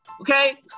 Okay